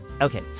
Okay